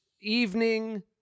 evening